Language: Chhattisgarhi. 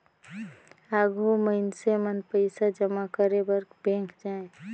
आघु मइनसे मन पइसा जमा करे बर बेंक जाएं